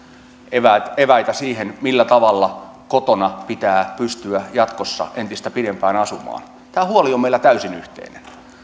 eväitä siihen millä tavalla kotona pitää pystyä jatkossa entistä pidempään asumaan tämä huoli on meillä täysin yhteinen